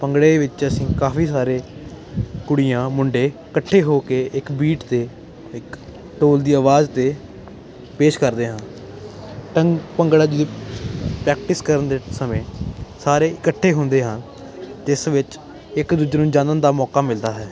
ਭੰਗੜੇ ਵਿੱਚ ਅਸੀਂ ਕਾਫੀ ਸਾਰੇ ਕੁੜੀਆਂ ਮੁੰਡੇ ਇਕੱਠੇ ਹੋ ਕੇ ਇੱਕ ਬੀਟ ਅਤੇ ਇਕ ਢੋਲ ਦੀ ਆਵਾਜ਼ 'ਤੇ ਪੇਸ਼ ਕਰਦੇ ਹਾਂ ਭੰਗੜੇ ਦੀ ਪ੍ਰੈਕਟਿਸ ਕਰਨ ਦੇ ਸਮੇਂ ਸਾਰੇ ਇਕੱਠੇ ਹੁੰਦੇ ਹਨ ਜਿਸ ਵਿੱਚ ਇੱਕ ਦੂਜੇ ਨੂੰ ਜਾਣਨ ਦਾ ਮੌਕਾ ਮਿਲਦਾ ਹੈ